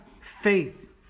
faith